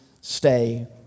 stay